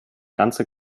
ganze